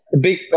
big